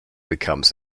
becomes